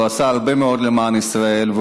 הוא עשה הרבה מאוד למען ישראל,